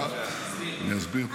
תודה, אני אסביר.